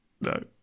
no